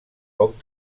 poc